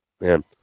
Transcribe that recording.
man